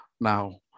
Now